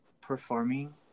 performing